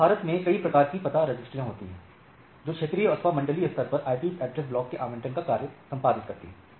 तो यहां भारत में कई प्रकार की पता रजिस्ट्रियां होती हैं जो क्षेत्रीय अथवा मंडली स्तर पर IP एड्रेस ब्लॉक के आवंटन का कार्य संपादित करती हैं